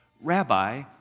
Rabbi